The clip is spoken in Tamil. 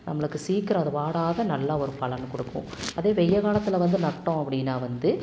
நம்பளுக்கு சீக்கிரம் அது வாடாத நல்லா ஒரு பலன் கொடுக்கும் அதே வெய்யகாலத்தில் வந்து நட்டோம் அப்படினா வந்து